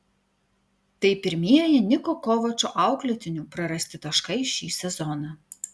tai pirmieji niko kovačo auklėtinių prarasti taškai šį sezoną